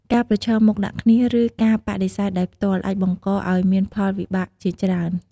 ការប្រឈមមុខដាក់គ្នា ឬការបដិសេធដោយផ្ទាល់ អាចបង្កឲ្យមានផលវិបាកជាច្រើន។